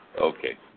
Okay